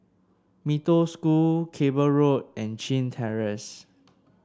Mee Toh School Cable Road and Chin Terrace